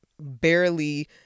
barely